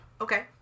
Okay